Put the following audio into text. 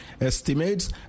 estimates